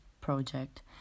Project